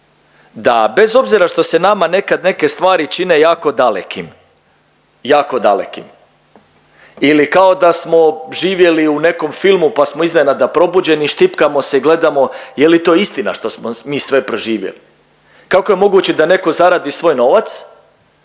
da bez obzira što se nama nekad neke stvari čine jako dalekim, jako dalekim ili kao da smo živjeli u nekom filmu pa smo iznenada probuđeni, štipkamo se i gledamo je li to istina što smo mi sve proživjeli. Kako je moguće na neko zaradi svoj novac